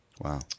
Wow